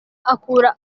akura